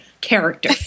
character